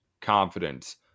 confidence